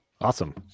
Awesome